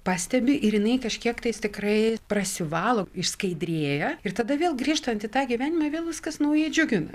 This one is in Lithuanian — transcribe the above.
pastebi ir jinai kažkiek tais tikrai prasivalo išskaidrėja ir tada vėl grįžtant į tą gyvenimą vėl viskas naujai džiugina